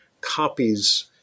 copies